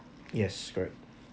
yes correct